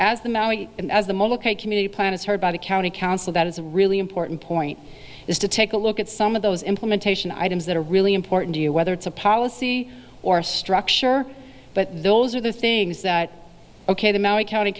committee plan is heard by the county council that is a really important point is to take a look at some of those implementation items that are really important to you whether it's a policy or a structure but those are the things that ok the maui county